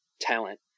talent